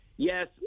Yes